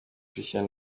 christian